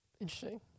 Interesting